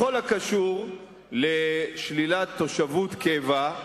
בכל הקשור לשלילת תושבות קבע,